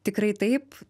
tikrai taip